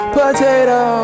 potato